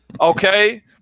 Okay